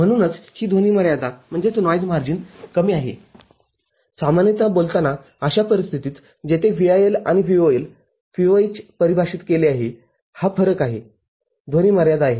म्हणूनचही ध्वनी मर्यादा कमी आहे सामान्यतः बोलताना अशा परिस्थितीत जिथे VIL आणि VOL VOH परिभाषित केले आहे हा फरक आहे ध्वनी मर्यादा आहे